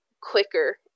quicker